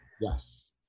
Yes